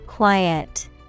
Quiet